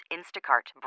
Instacart